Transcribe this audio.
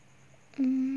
mm